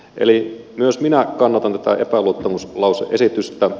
eli myös minä kannatan tätä epäluottamuslause esitystä